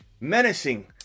Menacing